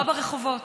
תאורה ברחובות.